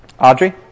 Audrey